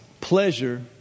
pleasure